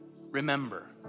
remember